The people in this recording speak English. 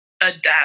adapt